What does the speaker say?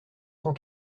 cent